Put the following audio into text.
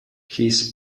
his